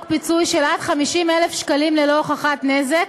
פיצוי של עד 50,000 שקלים ללא הוכחת נזק,